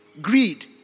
Greed